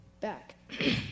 back